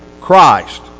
Christ